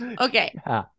Okay